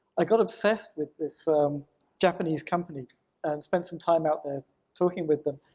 i got obsessed with this um japanese company and spent some time out there talking with them,